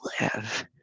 live